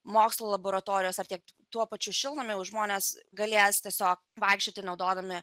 mokslo laboratorijos ar tiek tuo pačiu šiltnamių žmonės galės tiesiog vaikščioti naudodami